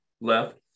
left